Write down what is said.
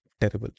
terrible